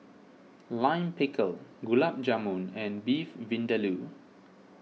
Lime Pickle Gulab Jamun and Beef Vindaloo